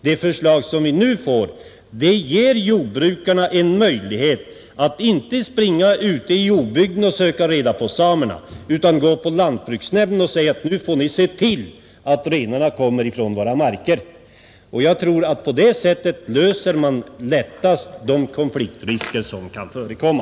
Det förslag som vi nu skall få genomfört ger jordbrukarna en möjlighet att ej behöva springa ute i obygden och söka reda på samerna utan gå på lantbruksnämnden och säga att nu får ni se till att renarna kommer ifrån våra marker. Jag tror att man på det sättet lättast eliminerar de konfliktrisker som kan förekomma.